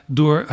door